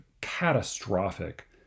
catastrophic